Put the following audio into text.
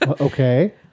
Okay